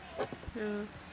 ya